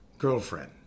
Girlfriend